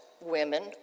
women